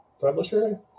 publisher